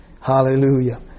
Hallelujah